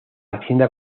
hacienda